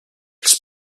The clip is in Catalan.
els